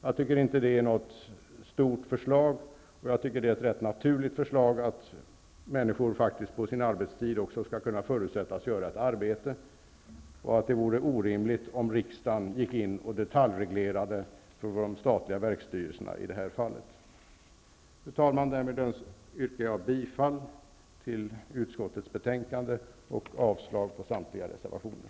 Jag tycker inte att det är någon stor sak, och det är rätt naturligt att människor under sin arbetstid faktiskt också skall förutsättas göra ett arbete. Det vore orimligt om riksdagen i det här fallet skulle detaljreglera för styrelsen i det statliga verket. Fru talman! Därmed yrkar jag bifall till utskottets hemställan och avslag på samtliga reservationer.